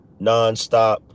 nonstop